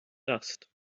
dust